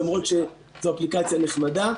למרות שזו אפליקציה נחמדה.